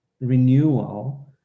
renewal